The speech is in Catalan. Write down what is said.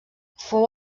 fou